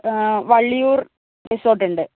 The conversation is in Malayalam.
വള്ളിയൂർ റിസോർട്ടുണ്ട്